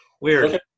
weird